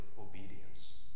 obedience